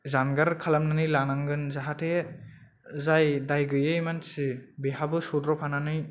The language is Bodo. जानगार खालामनानै लानांगोन जाहाथे जाय दाय गैयै मानसि बेहाबो सौदाव फानानै